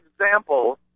example